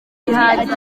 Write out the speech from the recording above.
bihagije